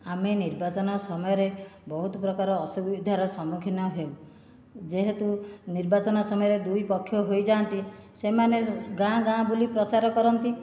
ଆମେ ନିର୍ବାଚନ ସମୟରେ ବହୁତ ପ୍ରକାର ଅସୁବିଧାର ସମ୍ମୁଖୀନ ହେଉ ଯେହେତୁ ନିର୍ବାଚନ ସମୟରେ ଦୁଇ ପକ୍ଷ ହୋଇ ଯାଆନ୍ତି ସେମାନେ ଗାଁ ଗାଁ ବୁଲି ପ୍ରଚାର କରନ୍ତି